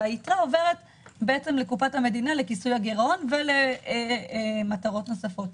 היתרה עוברת לקופת המדינה לכיסוי הגירעון ולמטרות נוספות.